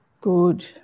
good